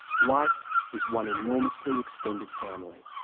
life is one enormously extended family!